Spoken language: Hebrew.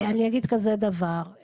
אני אגיד כזה דבר,